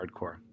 hardcore